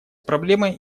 проблемой